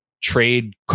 trade